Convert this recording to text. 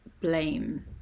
blame